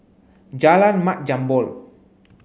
Jalan Mat Jambol